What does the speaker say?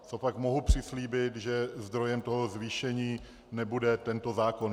Co pak mohu přislíbit, že zdrojem toho zvýšení nebude tento zákon.